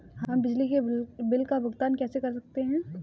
हम बिजली के बिल का भुगतान कैसे कर सकते हैं?